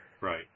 right